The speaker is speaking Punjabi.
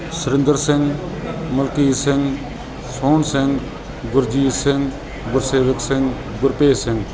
ਸੁਰਿੰਦਰ ਸਿੰਘ ਮਲਕੀਤ ਸਿੰਘ ਸੋਹਣ ਸਿੰਘ ਗੁਰਜੀਤ ਸਿੰਘ ਗੁਰਸੇਵਕ ਸਿੰਘ ਗੁਰਭੇਜ ਸਿੰਘ